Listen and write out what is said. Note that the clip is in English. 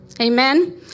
Amen